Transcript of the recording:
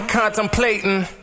contemplating